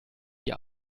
die